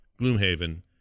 Gloomhaven